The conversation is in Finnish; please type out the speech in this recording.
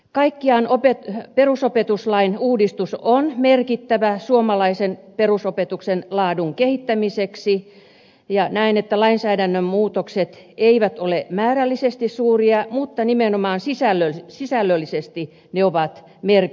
kaikkiaan perusopetuslain uudistus on merkittävä suomalaisen perusopetuksen laadun kehittämiseksi ja näen että lainsäädännön muutokset eivät ole määrällisesti suuria mutta nimenomaan sisällöllisesti ne ovat merkittäviä